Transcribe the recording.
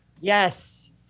Yes